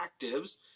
Actives